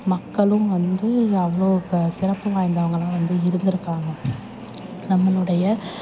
மக்களும் வந்து அவ்வளோ இப்போ சிறப்பு வாய்ந்தவர்களா வந்து இருந்திருக்காங்க நம்மளுடைய